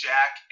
Jack